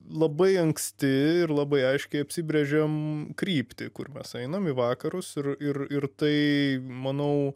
labai anksti ir labai aiškiai apsibrėžėm kryptį kur mes einam vakarus ir ir ir tai manau